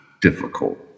difficult